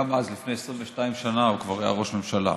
גם אז לפני 22 שנה הוא כבר היה ראש ממשלה,